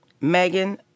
Megan